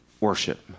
worship